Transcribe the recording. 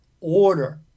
order